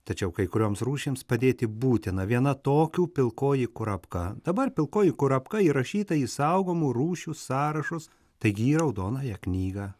tačiau kai kurioms rūšims padėti būtina viena tokių pilkoji kurapka dabar pilkoji kurapka įrašyta į saugomų rūšių sąrašus taigi į raudonąją knygą